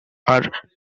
are